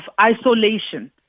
isolation